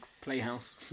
playhouse